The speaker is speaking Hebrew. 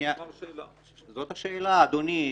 זאת השאלה אדוני.